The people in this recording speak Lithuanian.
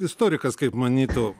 istorikas kaip manytų